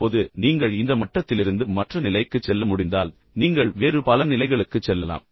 இப்போது நீங்கள் இந்த மட்டத்திலிருந்து மற்ற நிலைக்குச் செல்ல முடிந்தால் நீங்கள் வேறு பல நிலைகளுக்குச் செல்லலாம்